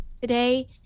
today